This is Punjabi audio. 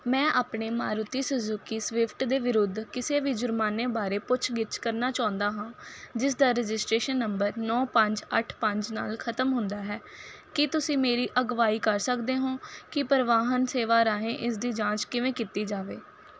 ਮੈਂ ਆਪਣੇ ਮਾਰੂਤੀ ਸੁਜ਼ੂਕੀ ਸਵਿਫਟ ਦੇ ਵਿਰੁੱਧ ਕਿਸੇ ਵੀ ਜੁਰਮਾਨੇ ਬਾਰੇ ਪੁੱਛ ਗਿੱਛ ਕਰਨਾ ਚਾਹੁੰਦਾ ਹਾਂ ਜਿਸ ਦਾ ਰਜਿਸਟ੍ਰੇਸ਼ਨ ਨੰਬਰ ਨੌਂ ਪੰਜ ਅੱਠ ਪੰਜ ਨਾਲ ਖਤਮ ਹੁੰਦਾ ਹੈ ਕੀ ਤੁਸੀਂ ਮੇਰੀ ਅਗਵਾਈ ਕਰ ਸਕਦੇ ਹੋ ਕਿ ਪਰਿਵਾਹਨ ਸੇਵਾ ਰਾਹੀਂ ਇਸ ਦੀ ਜਾਂਚ ਕਿਵੇਂ ਕੀਤੀ ਜਾਵੇ